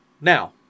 Now